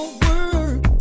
work